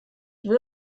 will